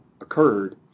occurred